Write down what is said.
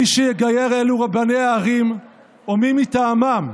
מי שיגייר אלו רבני הערים או מי מטעמם,